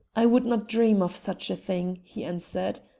i would not dream of such a thing, he answered.